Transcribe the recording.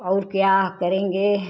और क्या करेंगे